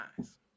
eyes